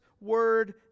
word